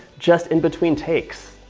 just in between takes.